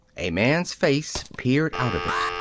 a man's face peered out of it.